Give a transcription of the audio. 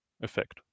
effect